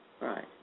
Right